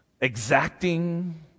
exacting